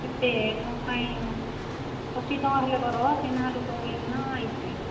ଏତେ କ'ଣ ପାଇଁ ଅଶୀ ଟଙ୍କା ହେଲେ କର ଚିହ୍ନା ଲୋକ ବୋଲିକିନା ଆସିଛି